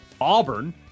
Auburn